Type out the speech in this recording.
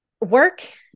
work